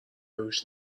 روش